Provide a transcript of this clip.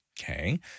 Okay